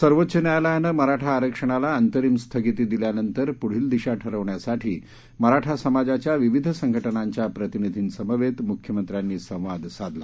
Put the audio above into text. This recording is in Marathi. सर्वोच्च न्यायालयानं मराठा आरक्षणाला अंतरिम स्थगिती दिल्यानंतर पुढील दिशा ठरवण्यासाठी मराठा समाजाच्या विविध संघटनांच्या प्रतिनिधी समवेत मुख्यमंत्र्यांनी संवाद साधला